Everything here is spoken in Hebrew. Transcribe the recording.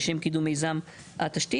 לשם קידום מיזם תשתית,".